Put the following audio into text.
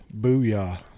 Booyah